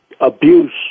abuse